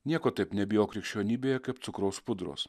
nieko taip nebijau krikščionybėje kaip cukraus pudros